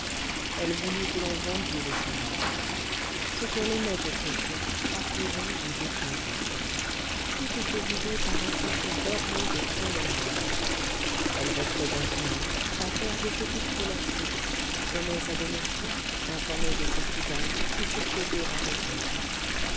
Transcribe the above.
elle voulut que l'on vendît le cheval ce qu'elle aimait autrefois à présent lui déplaisait toutes ses idées paraissaient se borner au soin d'elle-même elle restait dans son lit à faire de petites collations sonnait sa domestique pour s'informer de ses tisanes ou pour causer avec elle